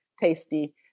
tasty